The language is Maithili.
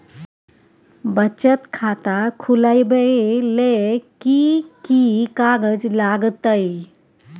बचत खाता खुलैबै ले कि की कागज लागतै?